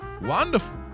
Wonderful